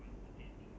ya